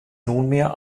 nunmehr